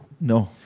No